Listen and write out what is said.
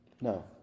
No